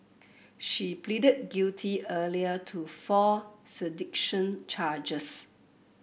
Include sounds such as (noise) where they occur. she pleaded guilty earlier to four (unintelligible) charges